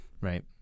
Right